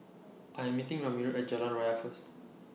I Am meeting Ramiro At Jalan Raya First